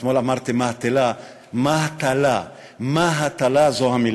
אתמול אמרתי מהתֵלה, מהתָלה זו המילה.